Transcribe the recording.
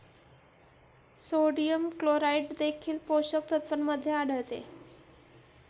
sodium chloride देखील पोषक तत्वांमध्ये आढळते